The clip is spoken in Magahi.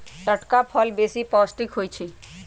टटका फल बेशी पौष्टिक होइ छइ